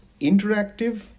interactive